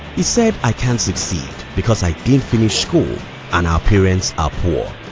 he said i can't succeed because i didn't finish school and our parents are poor.